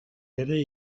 ere